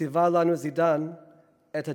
ציווה לנו זידאן את הדו-קיום.